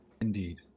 indeed